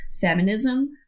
feminism